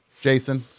Jason